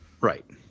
Right